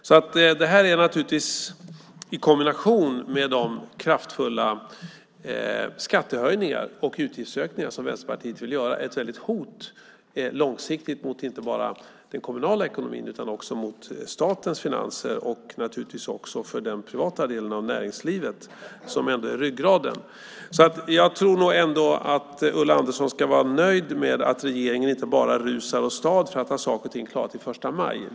Så det här är naturligtvis, i kombination med de kraftfulla skattehöjningar och utgiftsökningar som Vänsterpartiet vill göra, långsiktigt ett väldigt hot inte bara mot den kommunala ekonomin utan också mot statens finanser och naturligtvis också för den privata delen av näringslivet som ändå är ryggraden. Jag tror nog ändå att Ulla Andersson ska vara nöjd med att regeringen inte bara rusar åstad för att ha saker och ting klara till första maj.